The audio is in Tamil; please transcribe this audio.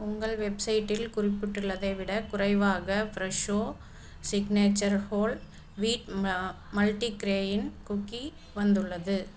உங்கள் வெப்சைட்டில் குறிப்பிட்டுள்ளதை விடக் குறைவாக Fresho signature whole wheat multigrain cookie வந்துள்ளது